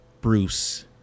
Bruce